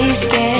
scared